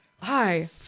Hi